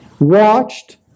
watched